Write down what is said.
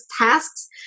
tasks